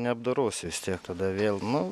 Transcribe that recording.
neapdorosi vis tiek tada vėl nu